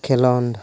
ᱠᱷᱮᱞᱚᱸᱰ